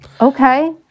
okay